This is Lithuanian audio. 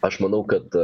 aš manau kad